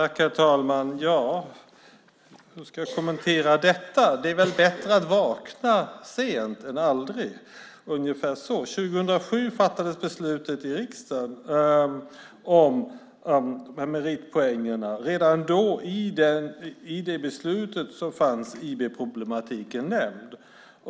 Herr talman! Ja, hur ska jag kommentera detta? Det är väl bättre att vakna sent än aldrig, ungefär så. År 2007 fattades beslutet i riksdagen om meritpoängen. Redan då i det beslutet fanns IB-problematiken nämnd.